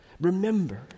Remember